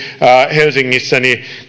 helsingissä